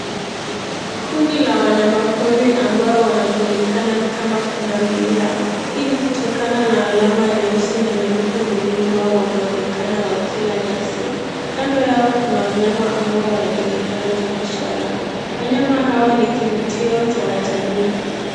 Kundi la wanyama pori ambao wanajulikana kama pundamilia, hii ni kutokana na alama nyeusi na nyeupe mwilini mwao wanaonekana wakila nyasi. Kando yao kuna wanyama ambao wanajulikana kama swala. Wanyama hawa ni kivutio cha watalii.